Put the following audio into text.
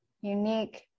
unique